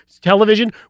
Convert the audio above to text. television